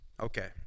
Okay